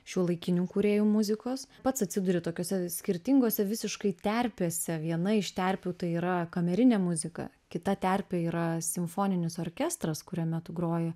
šiuolaikinių kūrėjų muzikos pats atsiduri tokiose skirtingose visiškai terpėse viena iš terpių tai yra kamerinė muzika kita terpė yra simfoninis orkestras kuriame tu groji